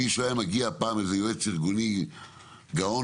אם היה מגיע איזה יועץ ארגוני גאון,